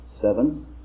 Seven